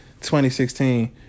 2016